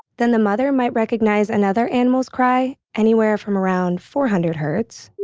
then the mother might recognize another animal's cry anywhere from around four hundred hertz